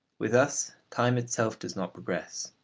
with us time itself does not progress.